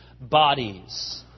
bodies